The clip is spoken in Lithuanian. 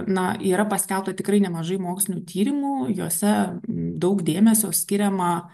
na yra paskelbta tikrai nemažai mokslinių tyrimų juose daug dėmesio skiriama